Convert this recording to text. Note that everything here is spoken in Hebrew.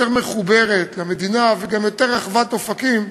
יותר מחוברת למדינה וגם יותר רחבת אופקים,